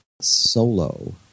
Solo